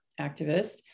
activist